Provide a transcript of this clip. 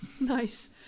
Nice